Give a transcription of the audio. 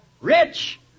Rich